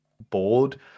bored